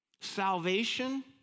salvation